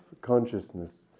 consciousness